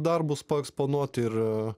darbus paeksponuot ir